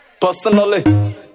Personally